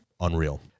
Unreal